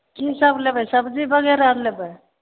की सब लेबै सब्जी बगैरह आर लेबै